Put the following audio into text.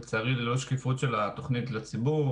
לצערי ללא שקיפות של התכנית לציבור,